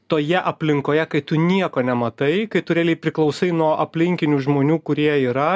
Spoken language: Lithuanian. toje aplinkoje kai tu nieko nematai kai tu realiai priklausai nuo aplinkinių žmonių kurie yra